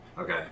Okay